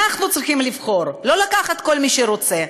אנחנו צריכים לבחור, לא לקחת כל מי שרוצה,